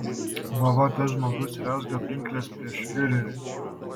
va va tas žmogus rezga pinkles prieš fiurerį